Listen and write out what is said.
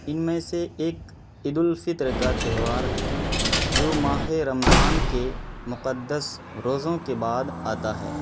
ان میں سے ایک عید الفطر کا تیہوار ہے جو ماہ رمضان کے مقدس روزوں کے بعد آتا ہے